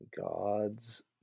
God's